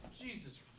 Jesus